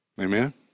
Amen